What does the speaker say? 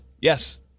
Yes